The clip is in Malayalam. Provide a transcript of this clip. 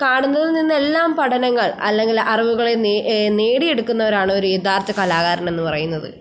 കാണുന്നതിൽ നിന്നെല്ലാം പഠനങ്ങൾ അല്ലെങ്കിൽ അറിവുകളെ നേടിയെടുക്കുന്നവരാണ് ഒരു യഥാർത്ഥ കലാകാരൻ എന്നു പറയുന്നത്